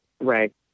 Right